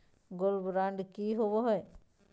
Gold bond की होबो है?